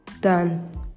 done